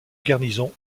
garnison